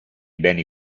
beni